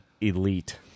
elite